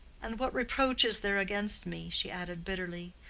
and what reproach is there against me, she added bitterly,